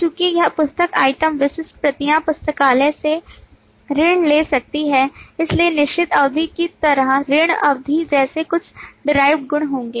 और चूंकि यह पुस्तक आइटम विशिष्ट प्रतियां पुस्तकालय से ऋण ले सकती हैं इसलिए निश्चित अवधि की तरह ऋण अवधि जैसे कुछ derived गुण होंगे